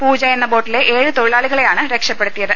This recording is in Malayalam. പൂജ എന്ന ബോട്ടിലെ ഏഴ് തൊഴിലാളികളെയാണ് രക്ഷപ്പെടുത്തിയത്